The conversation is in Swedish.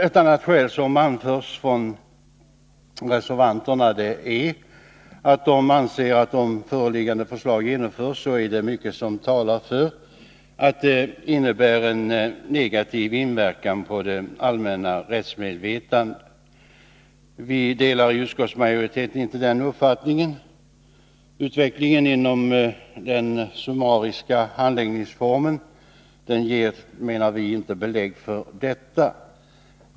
Ett annat skäl som anförts från reservanterna är att de anser att ett genomförande av det föreliggande förslaget skulle innebära en negativ inverkan på det allmänna rättsmedvetandet. Utskottsmajoriteten delar inte den uppfattningen. Utvecklingen inom denna summariska handläggningsform ger, menar vi, inte belägg för detta.